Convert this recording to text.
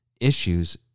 issues